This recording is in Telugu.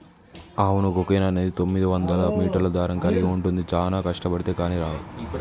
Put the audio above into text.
అవును కోకెన్ అనేది తొమ్మిదివందల మీటర్ల దారం కలిగి ఉంటుంది చానా కష్టబడితే కానీ రావు